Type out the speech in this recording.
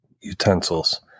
utensils